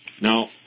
now